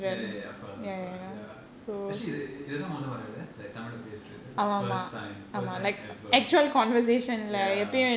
ya ya ya of course of course ya actually the இதுஇதுதாமொதமுறைஇல்ல:idhu idhudha motha murai illa like tamil தமிழ்லபேசுறது:tamizhla pesrathu first time first time ever ya